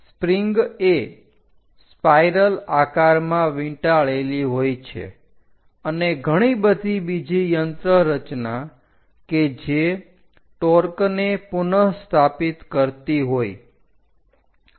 spring એ spiral આકારમાં વીંટાળેલી હોય છે અને ઘણી બધી બીજી યંત્રરચના કે જે ટોર્ક ને પુનસ્થાપિત કરતી હોય